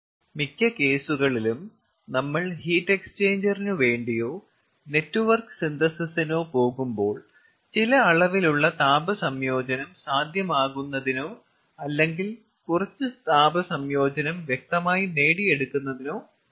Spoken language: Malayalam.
മിക്ക കേസുകളിലും നമ്മൾ ഹീറ്റ് എക്സ്ചേഞ്ചറിനുവേണ്ടിയോ നെറ്റ്വർക്ക് സിന്തസിസിനോ പോകുമ്പോൾ ചില അളവിലുള്ള താപ സംയോജനം സാധ്യമാകുന്നതിനോ അല്ലെങ്കിൽ കുറച്ച് താപ സംയോജനം വ്യക്തമായി നേടിയെടുക്കുന്നതിനോ കഴിയും